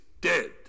dead